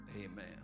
amen